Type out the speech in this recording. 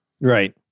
Right